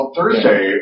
Thursday